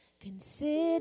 consider